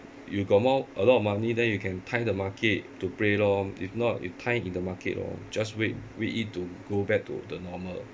you got more a lot of money then you can time the market to play lor if not you time in the market orh just wait wait it to go back to the normal